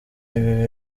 ibi